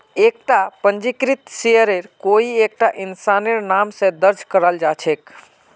एकता पंजीकृत शेयर कोई एकता इंसानेर नाम स दर्ज कराल जा छेक